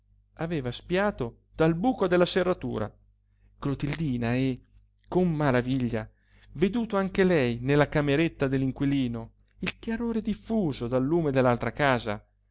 aveva spiato dal buco della serratura clotildina e con maraviglia veduto anche lei nella cameretta dell'inquilino il chiarore diffuso dal lume dell'altra casa